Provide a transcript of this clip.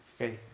Okay